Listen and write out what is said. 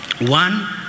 One